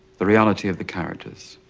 the reality of the characters,